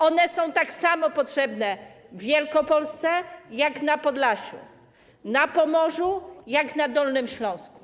One są tak samo potrzebne w Wielkopolsce, jak na Podlasiu, na Pomorzu, jak na Dolnym Śląsku.